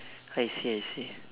I see I see